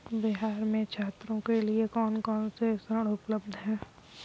बिहार में छात्रों के लिए कौन कौन से ऋण उपलब्ध हैं?